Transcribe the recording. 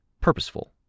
Purposeful